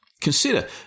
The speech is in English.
Consider